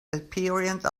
experience